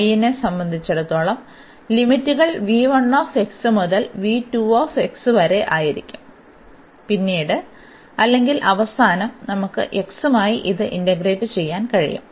y നെ സംബന്ധിച്ചിടത്തോളം ലിമിറ്റുകൾ മുതൽ വരെയായിരിക്കും പിന്നീട് അല്ലെങ്കിൽ അവസാനം നമുക്ക് x മായി ഇത് ഇന്റഗ്രേറ്റ് ചെയ്യാൻ കഴിയും